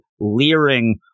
leering